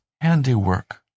handiwork